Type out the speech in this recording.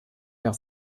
der